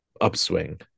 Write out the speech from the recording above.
upswing